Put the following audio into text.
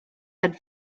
had